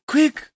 Quick